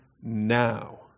now